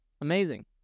Amazing